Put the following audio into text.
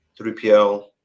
3PL